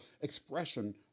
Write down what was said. expression